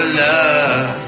love